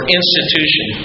institution